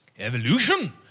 Evolution